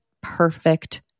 perfect